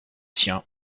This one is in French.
siens